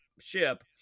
ship